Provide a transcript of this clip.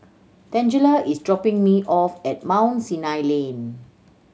Tangela is dropping me off at Mount Sinai Lane